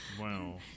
Wow